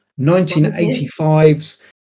1985's